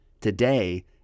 Today